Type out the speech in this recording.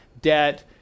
debt